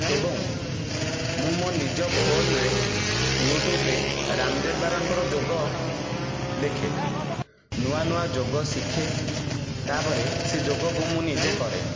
ଏଵଂ ମୁଁ ମୋ ନିଜ ଫୋନରେ ୟୁଟ୍ୟୁବରେ ରାମଦେବ ବାବାଙ୍କର ଯୋଗ ଦେଖେ ନୂଆ ନୂଆ ଯୋଗ ଶିଖେ ତାପରେ ସେ ଯୋଗକୁ ମୁଁ ନିଜେ କରେ